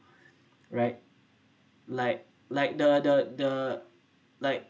right like like the the the like